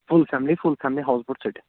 full family full family house boat ژٔٹِتھ